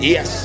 Yes